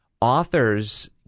Authors